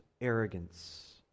arrogance